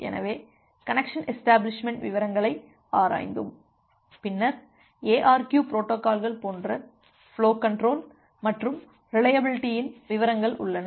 எனவே connection establishment விவரங்களை ஆராய்ந்தோம் பின்னர் எஅர்கியு பொரோட்டோகால்கள் போன்ற ஃபுலோ கன்ட்ரோல் மற்றும் ரிலையபிலிட்டியின் விவரங்கள் உள்ளன